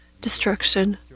destruction